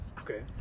Okay